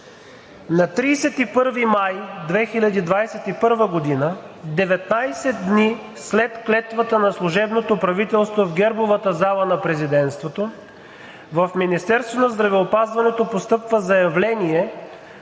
На 31 май 2021 г. – 19 дни след клетвата на служебното правителство в Гербовата зала на Президентството, в Министерството на здравеопазването постъпва заявление